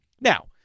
Now